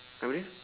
apa dia